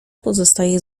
pozostaje